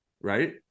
right